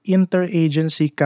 Interagency